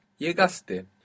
Llegaste